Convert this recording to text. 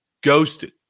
Ghosted